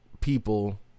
people